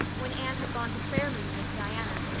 when anne had gone to prayer meeting with diana,